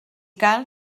cal